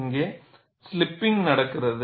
இங்கே ஸ்லிப்பிங்க் நடக்கிறது